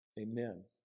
Amen